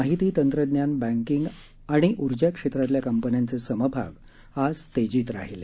माहिती तंत्रज्ञान बँकिंग आणि उर्जा क्षेत्रातल्या कंपन्यांचे समभाग आज तेजीत राहिले